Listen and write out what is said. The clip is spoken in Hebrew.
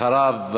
אחריו,